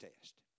test